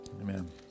Amen